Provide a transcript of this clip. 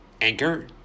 Anchor